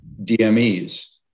DMEs